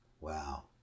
Wow